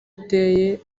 ateye